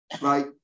right